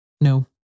No